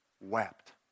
wept